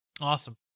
Awesome